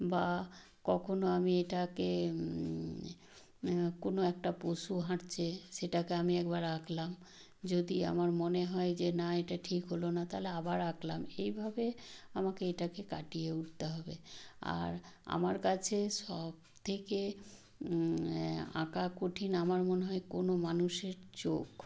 বা কখনও আমি এটাকে কোনো একটা পশু হাঁটছে সেটাকে আমি একবার আঁকলাম যদি আমার মনে হয় যে না এটা ঠিক হলো না তাহলে আবার আঁকলাম এইভাবে আমাকে এটাকে কাটিয়ে উঠতে হবে আর আমার কাছে সব থেকে আঁকা কঠিন আমার মনে হয় কোনো মানুষের চোখ